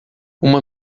uma